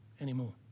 anymore